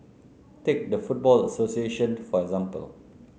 take the football association for example